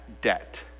debt